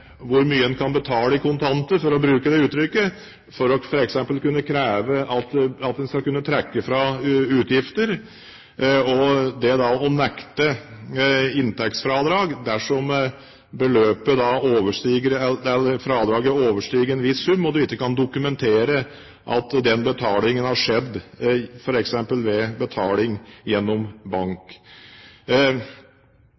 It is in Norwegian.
hvor mye en kan betale i kontanter, for å bruke det uttrykket, for å kunne kreve at en skal kunne trekke fra utgifter, og det å nekte inntektsfradrag dersom fradraget overstiger en viss sum og du ikke kan dokumentere at den betalingen har skjedd, f.eks. ved betaling gjennom